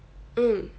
mm